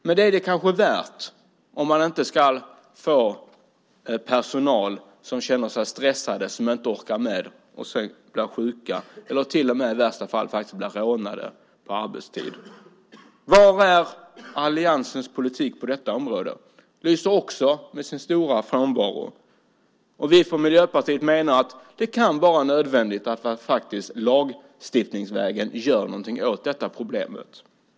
Men det är det kanske värt om man slipper få personal som känner sig stressad och inte orkar med och som sedan blir sjuk. I värsta fall blir man kanske till och med rånad på arbetstid. Var finns alliansens politik på detta område? Den lyser verkligen med sin frånvaro. Vi i Miljöpartiet menar att det kan vara nödvändigt att lagstiftningsvägen göra något åt det här problemet.